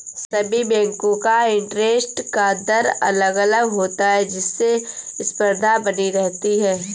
सभी बेंको का इंटरेस्ट का दर अलग अलग होता है जिससे स्पर्धा बनी रहती है